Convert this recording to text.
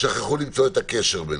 שכחו למצוא את הקשר ביניהן.